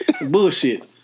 Bullshit